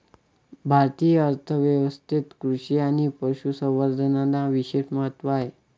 भारतीय अर्थ व्यवस्थेत कृषी आणि पशु संवर्धनाला विशेष महत्त्व आहे